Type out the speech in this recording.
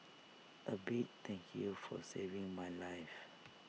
A big thank you for saving my life